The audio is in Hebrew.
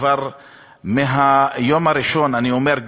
כבר מהיום הראשון אני אומר,